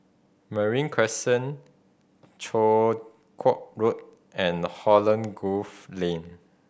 Marine Crescent Chong Kuo Road and Holland Grove Lane